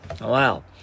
Wow